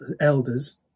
elders